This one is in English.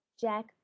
Jack